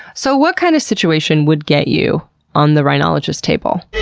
so, what kind of situation would get you on the rhinologist's table?